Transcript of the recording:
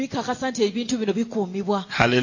Hallelujah